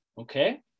Okay